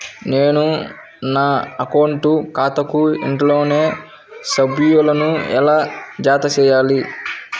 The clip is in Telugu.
నేను నా అకౌంట్ ఖాతాకు ఇంట్లోని సభ్యులను ఎలా జతచేయాలి?